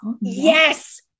Yes